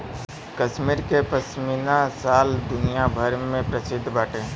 कश्मीर के पश्मीना शाल दुनिया भर में प्रसिद्ध बाटे